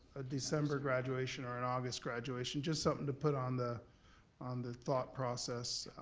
a december graduation or an august graduation, just something to put on the on the thought process.